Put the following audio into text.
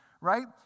right